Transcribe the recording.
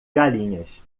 galinhas